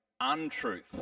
untruth